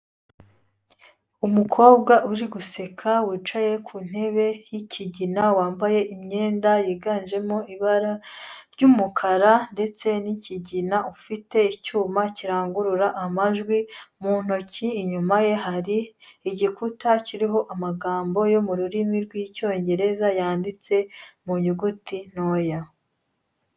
Umukobwa uri guseka wicaye ku ntebe y'ikigina, wambaye imyenda yiganjemo ibara ry'umukara ndetse n'ikigina, ufite icyuma kirangurura amajwi mu ntoki, inyuma ye hari igikuta kiriho amagambo yo mu rurimi rw'icyongereza yanditse mu nyuguti ntoya.